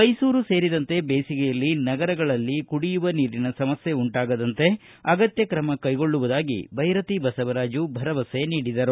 ಮೈಸೂರು ಸೇರಿದಂತೆ ಬೇಸಿಗೆಯಲ್ಲಿ ನಗರಗಳಲ್ಲಿ ಕುಡಿಯುವ ನೀರಿನ ಸಮಸ್ಯೆ ಉಂಟಾಗದಂತೆ ಅಗತ್ಯ ಕ್ರಮ ಕೈಗೊಳ್ಳುವುದಾಗಿ ಬೈರತಿ ಬಸವರಾಜು ಭರವಸೆ ನೀಡಿದರು